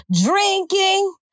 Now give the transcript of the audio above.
drinking